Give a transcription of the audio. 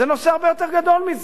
זה נושא הרבה יותר גדול מזה.